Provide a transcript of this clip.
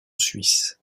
suisse